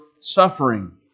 suffering